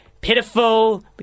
pitiful